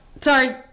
Sorry